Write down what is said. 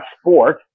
sport